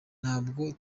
ntabwo